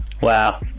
Wow